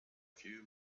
few